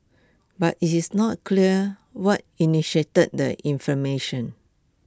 but IT is not clear what initiated the inflammation